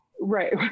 right